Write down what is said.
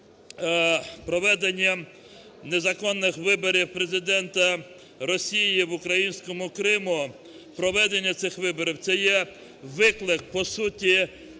проведення незаконних виборів Президента Росії в українському Криму, проведення цих виборів – це є виклик, по суті,